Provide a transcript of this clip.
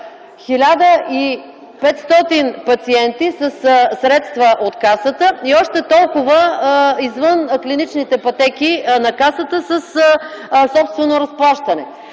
1500 пациенти със средства от Касата и още толкова – извън клиничните пътеки на Касата със собствено разплащане;